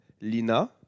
Lina